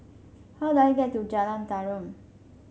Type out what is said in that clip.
how do I get to Jalan Tarum